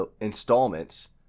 installments